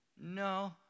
No